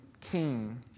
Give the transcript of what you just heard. king